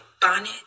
bonnet